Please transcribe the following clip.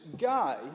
guy